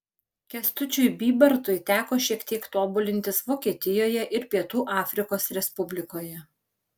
kęstučiui bybartui teko šiek tiek tobulintis vokietijoje ir pietų afrikos respublikoje